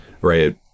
right